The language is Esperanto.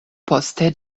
poste